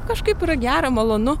kažkaip yra gera malonu